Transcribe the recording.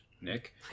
Nick